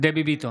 דבי ביטון,